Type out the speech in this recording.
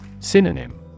Synonym